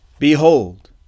Behold